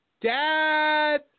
Dad